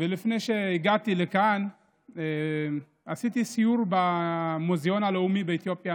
לפני שהגעתי לכאן עשיתי סיור במוזיאון הלאומי באתיופיה,